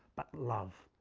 but love.